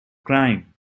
crime